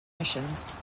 missions